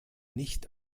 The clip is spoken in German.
nicht